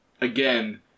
again